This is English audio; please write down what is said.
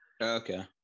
Okay